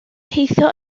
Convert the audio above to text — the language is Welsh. teithio